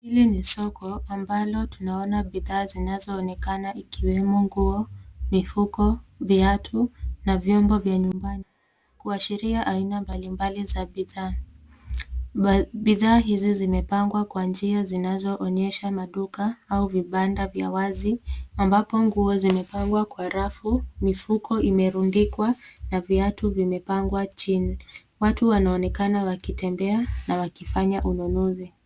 Hili ni soko ambalo tunaona bidhaa zinazoonekana ikiwemo nguo, mifuko, viatu na vyombo vya nyumbani kuashiria aina mbalimbali za bidhaa. Bidhaa hizi zimepangwa kwa njia zinazoonyesha maduka au vibanda vya wazi ambapo nguo zimepangwa kwa rafu, mifuko imerundikwa na viatu vimepangwa chini. Watu wanaonekana wakitembea na wakifanya ununuzi.